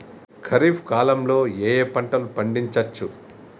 ఖరీఫ్ కాలంలో ఏ ఏ పంటలు పండించచ్చు?